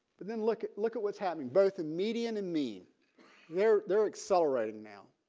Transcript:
but then look look at what's happening both in median and mean where they're accelerating now.